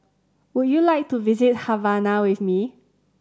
would you like to visit Havana with me